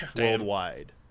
worldwide